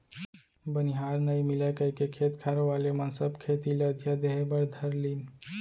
बनिहार नइ मिलय कइके खेत खार वाले मन सब खेती ल अधिया देहे बर धर लिन